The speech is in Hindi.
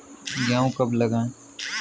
गेहूँ कब लगाएँ?